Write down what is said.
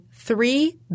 three